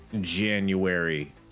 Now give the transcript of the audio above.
January